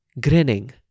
grinning